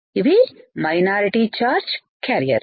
ఇవి minority charge క్యారియర్లు